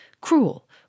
cruel